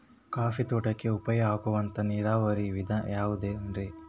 Coffee ತೋಟಕ್ಕ ಉಪಾಯ ಆಗುವಂತ ನೇರಾವರಿ ವಿಧಾನ ಯಾವುದ್ರೇ?